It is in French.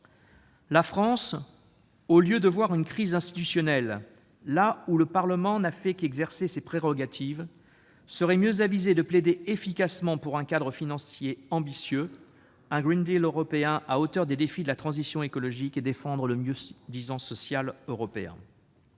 La France, au lieu de voir une crise institutionnelle là où le Parlement n'a fait qu'exercer ses prérogatives, serait mieux avisée de plaider efficacement pour un cadre financier ambitieux et un Green Deal européen à hauteur des défis de la transition écologique et de défendre le mieux-disant social européen.